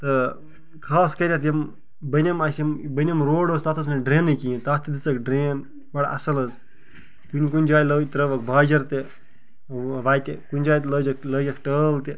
تہٕ خاص کٔرِتھ یِم بوٚنِم اسہِ یِم بوٚنِم روڈ اوس تَتھ ٲس نہٕ ڈرٛینٕے کِہیٖنۍ تَتھ تہِ دِژٕکھ ڈرٛین بَڑٕ اصٕل حظ کُنہِ کُنہِ جایہِ ترٛٲوٕکھ باجِر تہِ وَتہِ کُنہِ جایہِ لٲجکھ لٲگِکھ ٹٲل تہِ